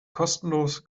kostenlos